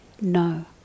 No